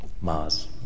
Mars